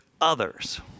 others